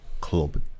Club